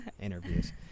interviews